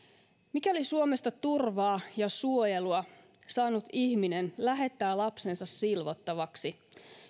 mikäli suomesta turvaa ja suojelua saanut ihminen lähettää lapsensa silvottavaksi